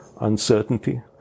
uncertainty